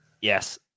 yes